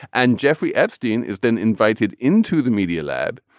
and jeffrey epstein is then invited into the media lab.